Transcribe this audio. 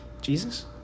Jesus